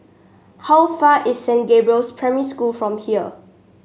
how far is Saint Gabriel's Primary School from here